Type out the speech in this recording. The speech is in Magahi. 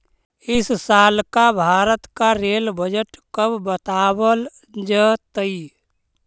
इस साल का भारत का रेल बजट कब बतावाल जतई